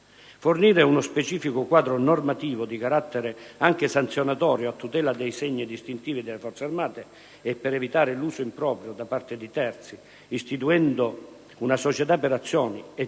Fornire uno specifico quadro normativo di carattere anche sanzionatorio, a tutela dei segni distintivi delle Forze armate e per evitare l'uso improprio da parte di terzi, istituendo una società per azioni a